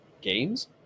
games